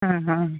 ಹಾಂ ಹಾಂ